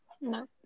No